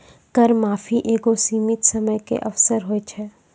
कर माफी एगो सीमित समय के अवसर होय छै